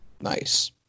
Nice